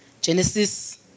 Genesis